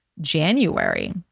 January